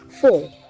four